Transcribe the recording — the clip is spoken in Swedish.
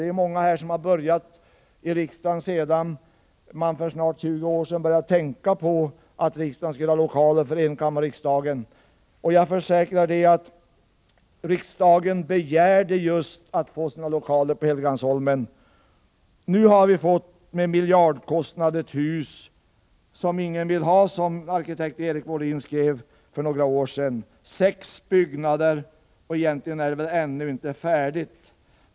Vi är många som kom in i riksdagen efter det att man för snart 20 år sedan började tänka på att riksdagen skulle ha lokaler för enkammarriksdagen. Jag försäkrar att riksdagen begärde att få ha sina lokaler just på Helgeandsholmen. Nu har vi, till en miljardkostnad, fått ett hus som ingen vill ha — som arkitekt Erik Wåhlin skrev för några år sedan. Det rör sig ju om sex byggnader. Egentligen är väl huset ännu inte färdigt.